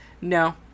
No